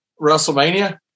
WrestleMania